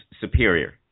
superior